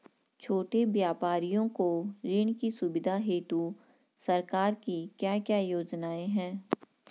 छोटे व्यापारियों को ऋण की सुविधा हेतु सरकार की क्या क्या योजनाएँ हैं?